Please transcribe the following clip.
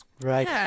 Right